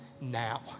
now